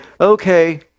Okay